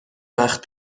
وقت